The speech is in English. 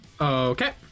okay